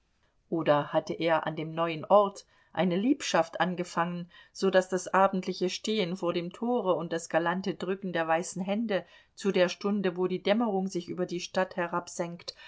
oder hatte er an dem neuen ort eine liebschaft angefangen so daß das abendliche stehen vor dem tore und das galante drücken der weißen hände zu der stunde wo die dämmerung sich über die stadt